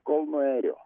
kol nuėjo